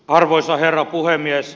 arvoisa herra puhemies